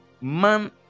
man